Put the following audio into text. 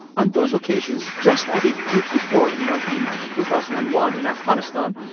on those occasions, just as it did before, you know, in two thousand and one in afghanistan,